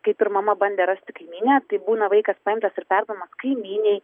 kaip ir mama bandė rasti kaimynę tai būna vaikas paimtas ir perduodamas kaimynei